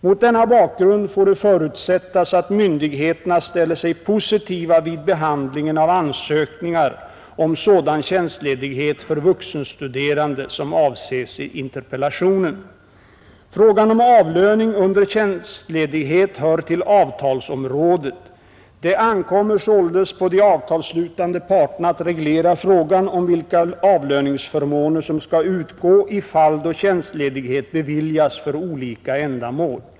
Mot denna bakgrund får det förutsättas att myndigheterna ställer sig positiva vid behandlingen av ansökningar om sådan tjänstledighet för vuxenstuderande som avses i interpellationen. Frågan om avlöning under tjänstledighet hör till avtalsområdet. Det ankommer således på de avtalsslutande parterna att reglera frågan om vilka avlöningsförmåner som skall utgå i fall då tjänstledighet beviljas för olika ändamål.